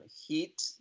heat